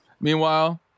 Meanwhile